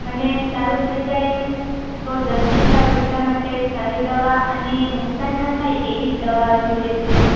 મને સારુ થઈ જાય તો જલ્દી સારુ એટલા માટે સારી દવા અને નુકશાન ના થાય એવી દવા જોઈએ છે